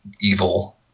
evil